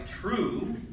true